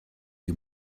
you